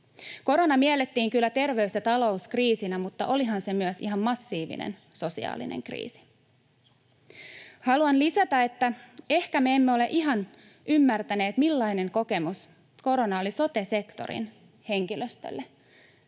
Korona miellettiin kyllä terveys- ja talouskriisinä, mutta olihan se myös ihan massiivinen sosiaalinen kriisi. Haluan lisätä, että ehkä me emme ole ihan ymmärtäneet, millainen kokemus korona oli sote-sektorin henkilöstölle